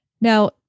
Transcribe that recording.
Now